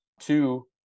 Two